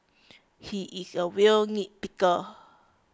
he is a real nitpicker